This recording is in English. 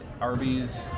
Arby's